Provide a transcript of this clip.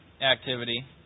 activity